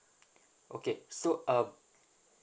okay so uh